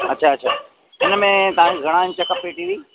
अच्छा अच्छा हुनमें तव्हांखे घणा ईंच खपे टीवी